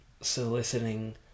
soliciting